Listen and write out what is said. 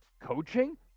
coaching